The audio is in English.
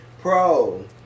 pro